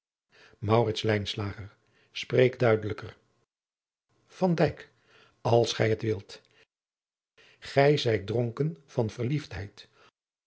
duidelijker van dijk als gij het wilt gij zijt dronken van verliefdheid